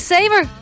Saver